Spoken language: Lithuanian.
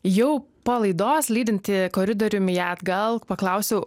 jau po laidos lydinti koridoriumi ją atgal paklausiau